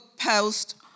post